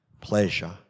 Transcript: pleasure